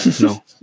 No